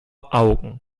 augen